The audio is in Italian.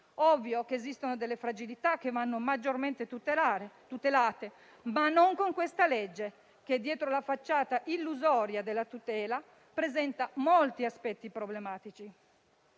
ovvio che esistono delle fragilità che vanno maggiormente tutelate, ma non con questa legge che, dietro la facciata illusoria della tutela, presenta molti aspetti problematici.